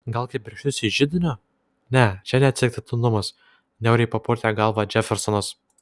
gal kibirkštis iš židinio ne čia ne atsitiktinumas niauriai papurtė galvą džefersonas